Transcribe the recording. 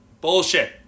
Bullshit